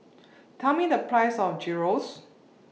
Tell Me The Price of Gyros